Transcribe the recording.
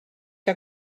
que